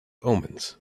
omens